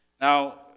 Now